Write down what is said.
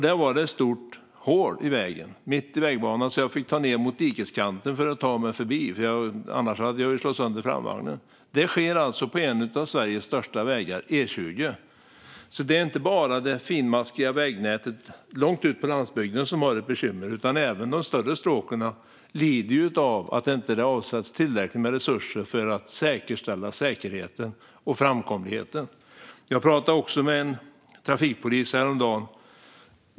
Där var det ett stort hål mitt i vägbanan, så jag fick svänga ned mot dikeskanten för att ta mig förbi, för annars hade framvagnen slagits sönder. Detta skedde alltså på en av Sveriges största vägar, E20. Det är alltså inte bara det finmaskiga vägnätet långt ute på landsbygden som har bekymmer, utan även de större stråken lider av att det inte avsätts tillräckligt med resurser för att säkerställa säkerheten och framkomligheten. Jag pratade med en trafikpolis häromdagen.